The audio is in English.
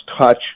touch